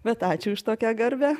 bet ačiū už tokią garbę